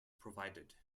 provided